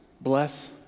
Bless